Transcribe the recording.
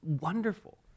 Wonderful